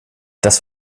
das